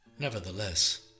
Nevertheless